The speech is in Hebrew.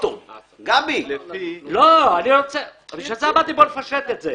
(הישיבה נפסקה בשעה 10:55 ונתחדשה בשעה 11:00.) אני מחדש את הישיבה.